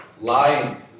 Lying